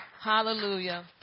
Hallelujah